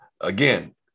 Again